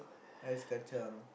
Ice Kacang